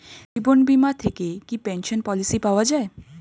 জীবন বীমা থেকে কি পেনশন পলিসি পাওয়া যায়?